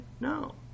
No